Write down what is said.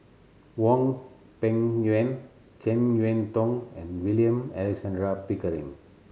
Hwang Peng Yuan Jek Yeun Thong and William Alexander Pickering